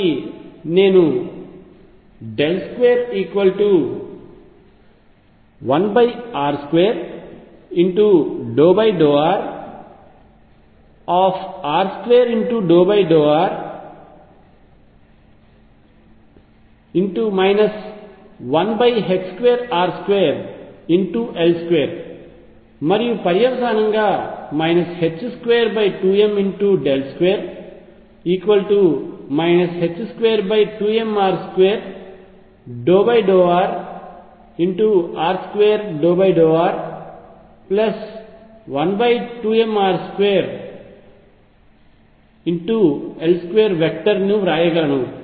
కాబట్టి నేను ఈ 21r2∂rr2∂r 12r2L2 మరియు పర్యవసానంగా 22m2 22mr2∂rr2∂r12mr2L2 వ్రాయగలను